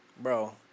Bro